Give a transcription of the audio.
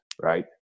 right